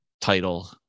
title